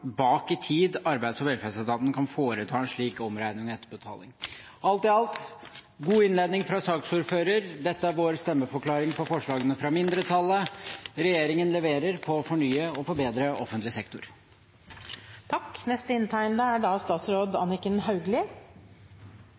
bak i tid arbeids- og velferdsetaten kan foreta en slik omregning og etterbetaling. Alt i alt: Det var en god innledning fra saksordføreren. Dette er vår stemmeforklaring til forslagene fra mindretallet. Regjeringen leverer på å fornye og forbedre offentlig